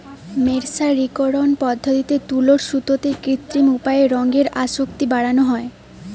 মের্সারিকরন পদ্ধতিতে তুলোর সুতোতে কৃত্রিম উপায়ে রঙের আসক্তি বাড়ানা হয়